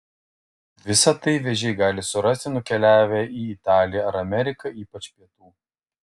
visa tai vėžiai gali surasti nukeliavę į italiją ar ameriką ypač pietų